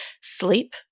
sleep